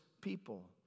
people